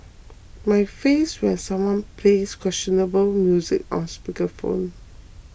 my face when someone plays questionable music on speaker phone